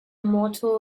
motto